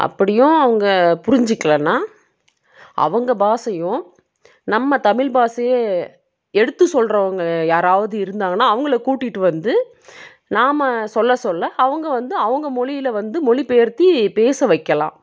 அப்படியும் அவங்க புரிஞ்சுக்கிலனா அவங்க பாஷையும் நம்ம தமிழ் பாஷையே எடுத்து சொல்றவங்க யாராவது இருந்தாங்கனால் அவங்கள கூட்டிகிட்டு வந்து நாம் சொல்ல சொல்ல அவங்க வந்து அவங்க மொழியில் வந்து மொழிப்பெயர்த்து பேச வைக்கலாம்